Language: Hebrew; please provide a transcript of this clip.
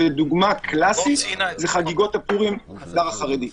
דוגמה קלאסית הן חגיגות פורים במגזר החרדי.